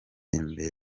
imbere